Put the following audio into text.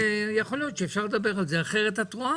יכול להיות שאפשר לדבר על זה כי אחרת את רואה